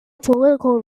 political